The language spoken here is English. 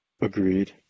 Agreed